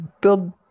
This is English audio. build